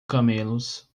camelos